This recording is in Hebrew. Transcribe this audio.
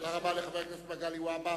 תודה רבה לחבר הכנסת מגלי והבה.